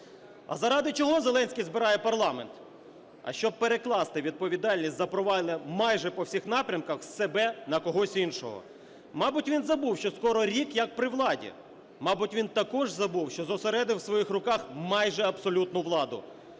А заради чого Зеленський збирає парламент? А щоб перекласти відповідальність за провал майже по всіх напрямках з себе на когось іншого. Мабуть, він забув, що скоро рік як при владі. Мабуть, він також забув, що зосередив в своїх руках майже абсолютну владу.